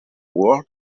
word